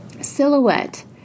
Silhouette